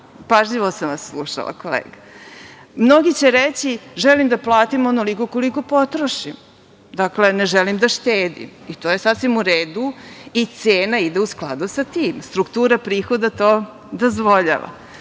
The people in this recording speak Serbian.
Pažljivo sam vas slušala kolega. Mnogi će reći – želim da platim onoliko koliko potrošim. Ne želim da štetim i to je sasvim u redu i cena ide u skladu sa tim. Struktura prihoda to dozvoljava.